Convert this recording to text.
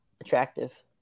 attractive